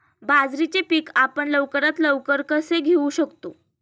बाजरीचे पीक आपण लवकरात लवकर कसे घेऊ शकतो?